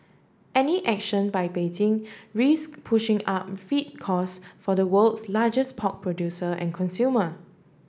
any action by Beijing risk pushing up feed cost for the world's largest pork producer and consumer